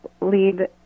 lead